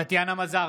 טטיאנה מזרסקי,